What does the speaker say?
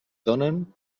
donen